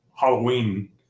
Halloween